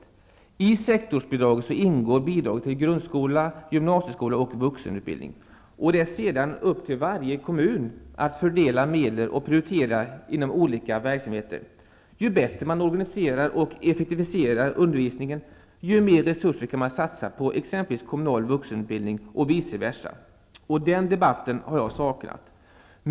I sektorsbidraget ingår bidragen till grundskola, gymnasieskola och vuxenutbildning, och det är sedan upp till varje kommun att fördela medlen och prioritera mellan olika verksamheter. Ju bättre man organiserar och effektiviserar undervisningen i grundskola och gymnasium, desto mer resurser kan man satsa på den kommunala vuxenutbildningen, och vice versa. Den debatten har jag saknat.